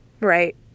Right